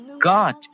God